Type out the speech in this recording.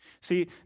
See